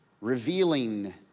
revealing